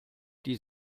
die